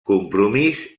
compromís